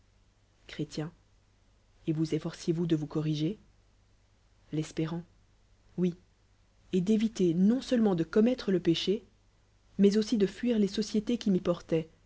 et vous efforciez vous de vous corrige l'espér oui e d'éviter nonsevilemeut de commettre le péché mais aussi de fuirieb sociétés qui m'y